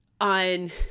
on